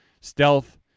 stealth